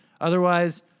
Otherwise